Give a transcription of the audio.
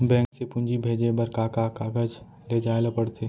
Bank से पूंजी भेजे बर का का कागज ले जाये ल पड़थे?